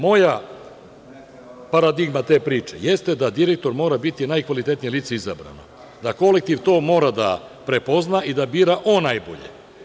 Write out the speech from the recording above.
Moja paradigma te priče jeste da direktor mora biti najkvalitetnije lice izabrano, da kolektiv to mora da prepozna i da bira on najbolje.